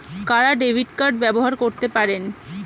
কারা debit card ব্যবহার করতে পারেন?